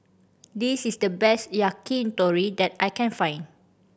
this is the best Yakitori that I can find